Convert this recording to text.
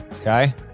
Okay